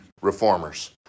reformers